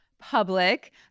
public